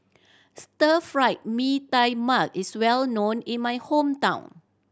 Stir Fried Mee Tai Mak is well known in my hometown